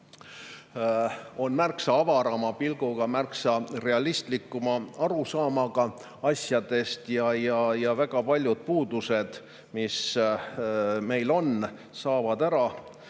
on märksa avarama pilguga ja märksa realistlikuma arusaamaga asjadest ning väga paljud puudused, mis meil on, saavad ära